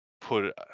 put